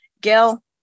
Gail